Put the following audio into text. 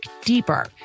deeper